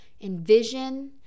envision